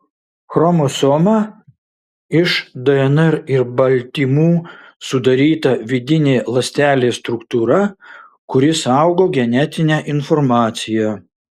chromosoma iš dnr ir baltymų sudaryta vidinė ląstelės struktūra kuri saugo genetinę informaciją